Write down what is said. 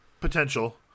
potential